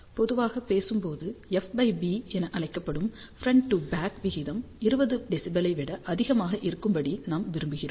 பொதுவாக பேசும்போது F B என அழைக்கப்படும் ஃப்ரெண்ட் டு பேக் விகிதம் 20 dB ஐ விட அதிகமாக இருக்கும்படி நாம் விரும்புகிறோம்